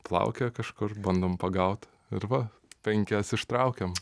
plaukioja kažkur bandom pagaut ir va penkias ištraukėm